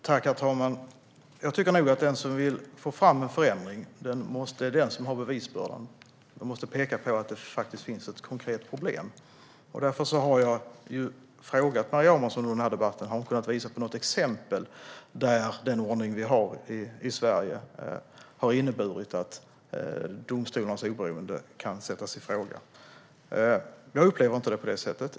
Herr talman! Jag tycker nog att det är den som vill få fram en förändring som har bevisbördan och måste peka på att det faktiskt finns ett konkret problem. Därför har jag i denna debatt frågat Maria Abrahamsson om hon kan visa på något exempel där den ordning vi har i Sverige har inneburit att domstolarnas oberoende kan sättas i fråga. Jag upplever det inte på det sättet.